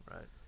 Right